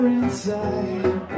inside